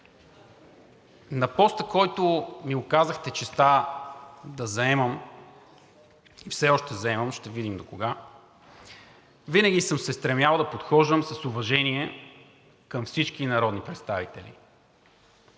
На поста, който ми оказахте честта да заемам и все още заемам – ще видим докога, винаги съм се стремял да подхождам с уважение към всички народни представители,